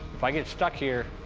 if i get stuck here,